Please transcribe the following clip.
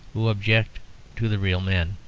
who object to the real men.